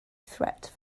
threat